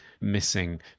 missing